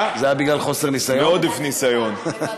מעודף ניסיון.